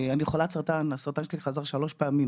אני חולת סרטן, הסרטן שלי חזר שלוש פעמים.